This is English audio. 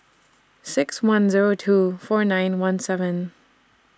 six one Zero two four nine one seven